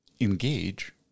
engage